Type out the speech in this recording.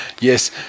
yes